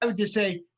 so just say,